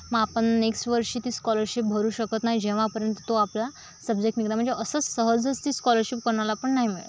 मग आपण नेक्स्ट वर्षी ती स्कॉलरशिप भरू शकत नाही जेव्हापर्यंत तो आपला सब्जेक्ट निघत नाही म्हणजे असं सहजच ती स्कॉलरशिप कुणाला पण नाही मिळत